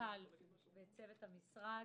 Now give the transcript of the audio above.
המנכ"ל ואת צוות המשרד.